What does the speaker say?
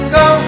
go